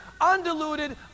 undiluted